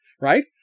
Right